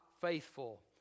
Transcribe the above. faithful